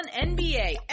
NBA